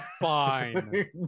fine